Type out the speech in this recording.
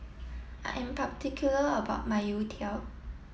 I am particular about my Youtiao